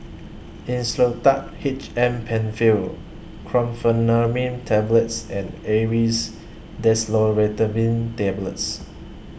Insulatard H M PenFill Chlorpheniramine Tablets and Aerius Desloratadine Tablets